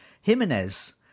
Jimenez